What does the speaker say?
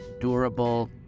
durable